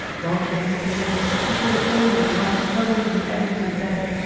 while she hesitated she saw the form of one struggling in the agonies of death.